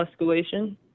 escalation